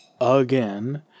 again